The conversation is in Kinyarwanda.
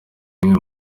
bimwe